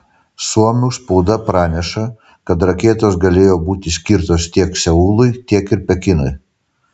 suomių spauda praneša kad raketos galėjo būti skirtos tiek seului tiek ir pekinui